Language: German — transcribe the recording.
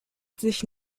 sich